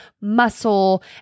muscle